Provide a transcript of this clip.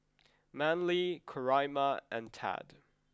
Manley Coraima and Tad